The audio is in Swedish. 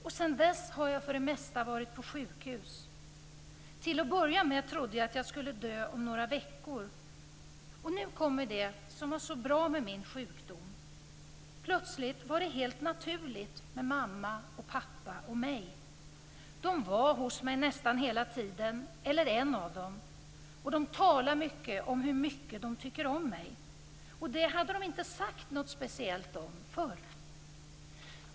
Och sedan dess har jag för det mesta varit på sjukhus - Till att börja med trodde jag att jag skulle dö om några veckor - Och nu kommer det som var så bra med min sjukdom: Plötsligt var det helt naturligt med mamma och pappa och mig. De var hos mig nästan hela tiden, eller en av dem, och de talade mycket om hur mycket de tycker om mig, och det hade de inte sagt något speciellt om förr."